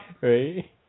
right